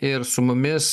ir su mumis